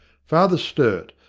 father sturt,